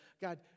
God